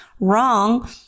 Wrong